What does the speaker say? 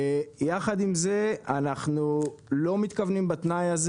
יחד עם זה אנחנו לא מתכוונים בתנאי הזה